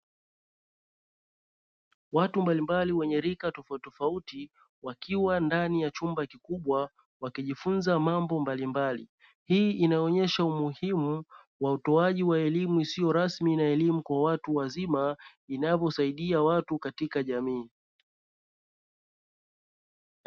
Watu mbali mbali wenye rika tofauti tofauti wakiwa ndani ya chumba kikubwa wakijifunza mambo mbalimbali, hii inaonesha umuhimu wa utoaji wa elimu isiyo rasmi na elimu kwa watu wazima, inavyo saidia watu katika jamii.